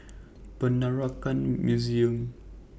Peranakan Museum